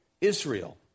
Israel